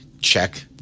check